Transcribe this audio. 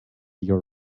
your